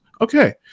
Okay